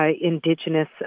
Indigenous